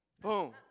boom